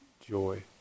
joy